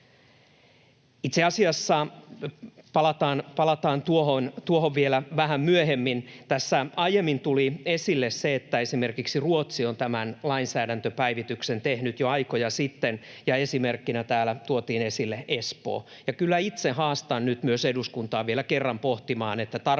Itse asiassa palataan tuohon vielä vähän myöhemmin. Tässä aiemmin tuli esille se, että esimerkiksi Ruotsi on tämän lainsäädäntöpäivityksen tehnyt jo aikoja sitten, ja esimerkkinä täällä tuotiin esille Espoo, ja kyllä itse haastan nyt myös eduskuntaa vielä kerran pohtimaan, tarvitaanko